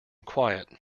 quiet